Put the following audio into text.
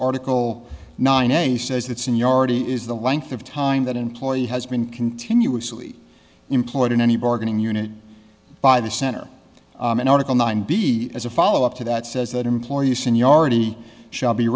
article nine a says that seniority is the length of time that employee has been continuously employed in any bargaining unit by the center in article nine b as a follow up to that says that employer you seniority